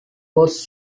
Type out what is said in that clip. was